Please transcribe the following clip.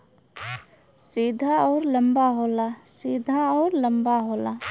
सीधा अउर लंबा होला